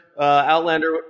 Outlander